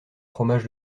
fromage